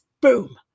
boom